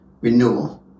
Renewal